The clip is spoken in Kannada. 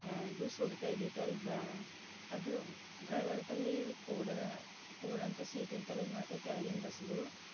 ಅದು ಸುಡ್ತಾಯಿದ್ದಿತ್ತು ಅಲ್ಲಿ ಬಾ ಅದ್ರ ಡ್ರೈವರ್ ಬಳಿ ಇದು ಕೂಡೋದ ಕೂಡುವಂಥ ಸೀಟಿಂತಲೆ ಏನ್ಮಾಡ್ತವು ಕೆಳಗಿನ ಬಸ್ಗಳು